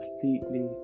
completely